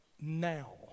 now